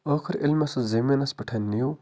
ٲخر ییٚلہِ مےٚ سُہ زٔمیٖنَس پٮ۪ٹھ نیُو